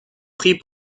prix